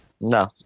No